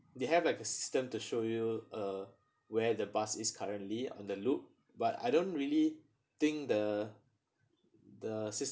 they have like a system to show you uh where the bus is currently on the loop but I don't really think the the system